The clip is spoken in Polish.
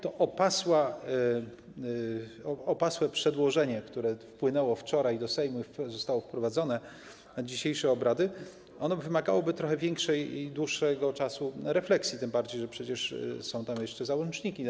To opasłe przedłożenie, które wpłynęło wczoraj do Sejmu i zostało wprowadzone na dzisiejsze obrady, wymagałoby trochę dłuższego czasu na refleksję, tym bardziej że przecież są tam jeszcze załączniki.